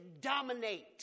dominate